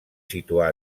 situar